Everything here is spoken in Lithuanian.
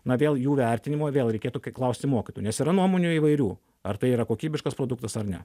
na vėl jų vertinimo vėl reikėtų k klausti mokytojų nes yra nuomonių įvairių ar tai yra kokybiškas produktas ar ne